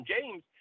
James